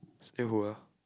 still who ah